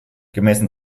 gemessen